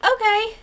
okay